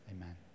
Amen